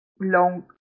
long